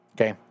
Okay